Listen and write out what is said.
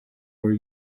were